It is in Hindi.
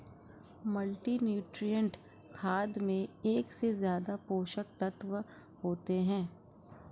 मल्टीनुट्रिएंट खाद में एक से ज्यादा पोषक तत्त्व होते है